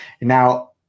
Now